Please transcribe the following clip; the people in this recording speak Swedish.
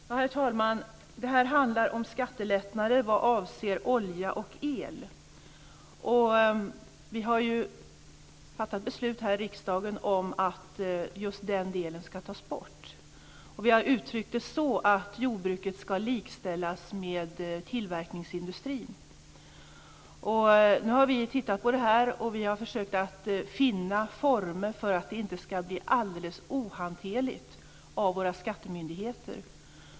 Herr talman! Det här handlar om skattelättnader vad avser olja och el. Vi har fattat beslut här i riksdagen om att just den delen ska tas bort. Vi har uttryckt det så att jordbruket ska likställas med tillverkningsindustrin. Nu har vi tittat på detta, och vi har försökt att finna former så att det inte ska bli alldeles ohanterligt för skattemyndigheterna.